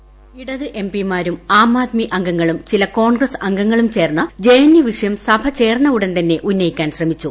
voice ഇടത് എം പിമാരും ആദ്മി ആദ്മി അംഗങ്ങളും ചില കോൺഗ്രസ് അംഗങ്ങളും ചേർന്ന് ജെ എൻ യു വിഷയം സഭ ചേർന്ന ഉടൻ തന്നെ ഉന്നയിക്കാൻ ശ്രമിച്ചു